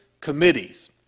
committees